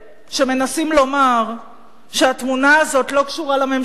שמנסים לומר שהתמונה הזאת לא קשורה לממשלה,